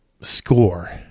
score